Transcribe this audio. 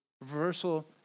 reversal